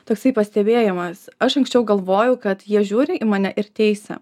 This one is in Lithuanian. toksai pastebėjimas aš anksčiau galvojau kad jie žiūri į mane ir teisia